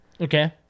Okay